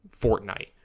fortnite